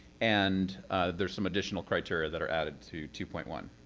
and there's some additional criteria that are added to two point one.